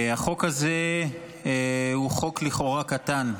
החוק הזה הוא חוק לכאורה קטן,